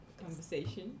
conversation